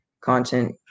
content